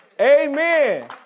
Amen